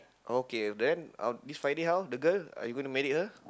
okay then uh this Friday how the girl are you gonna marry her